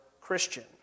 Christian